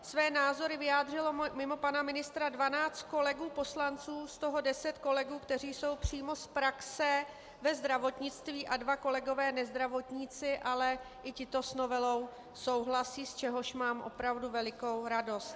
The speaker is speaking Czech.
Své názory vyjádřilo mimo pana ministra 12 kolegů poslanců, z toho deset kolegů, kteří jsou přímo z praxe ve zdravotnictví, a dva kolegové nezdravotníci, ale i tito s novelou souhlasí, z čehož mám opravdu velikou radost.